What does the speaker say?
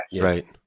Right